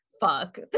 fuck